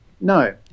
No